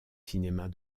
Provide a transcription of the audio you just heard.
cinémas